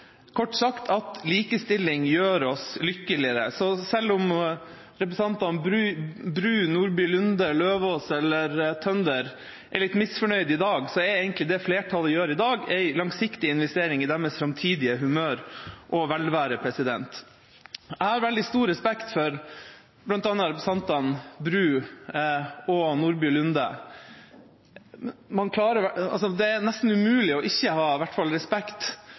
kort sagt at likestilling gjør oss lykkeligere. Så selv om representantene Bru, Nordby Lunde, Eidem Løvaas og Tønder er litt misfornøyde i dag, er egentlig det som flertallet gjør i dag, en langsiktig investering i deres framtidige humør og velvære. Jeg har veldig stor respekt for bl.a. representantene Bru og Nordby Lunde. Det er nesten umulig ikke å ha i hvert fall respekt